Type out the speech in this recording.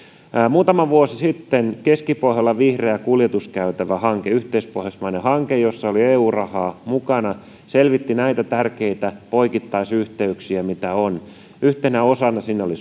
muutama vuosi sitten keskipohjolan vihreä kuljetuskäytävä hanke yhteispohjoismainen hanke jossa oli eu rahaa mukana selvitti näitä tärkeitä poikittaisyhteyksiä mitä on yhtenä osana siinä oli